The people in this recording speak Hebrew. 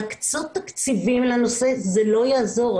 להקצות תקציבים לנושא, זה לא יעזור.